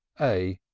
a!